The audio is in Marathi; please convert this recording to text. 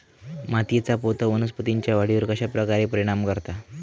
मातीएचा पोत वनस्पतींएच्या वाढीवर कश्या प्रकारे परिणाम करता?